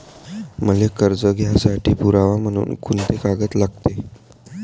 मले कर्ज घ्यासाठी पुरावा म्हनून कुंते कागद लागते?